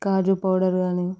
కాజు powder కాని